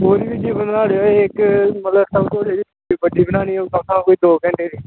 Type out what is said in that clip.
कोई वीडियो बनाई ओड़ेओ इक मतलब थोह्ड़ी बड्डी बनानी होगी कोई दो घैंटे दी